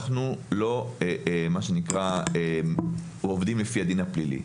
לא עובדים לפי הדין הפלילי.